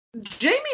Jamie